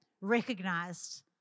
recognized